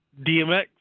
DMX